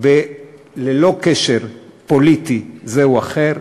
ללא קשר פוליטי זה או אחר,